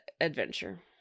adventure